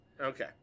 Okay